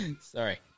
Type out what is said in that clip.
Sorry